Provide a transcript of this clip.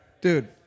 Dude